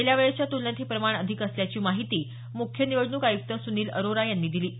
गेल्या वेळेच्या तुलनेत हे प्रमाण अधिक असल्याची माहिती मुख्य निवडणूक आयुक्त सुनील अरोरा यांनी दिली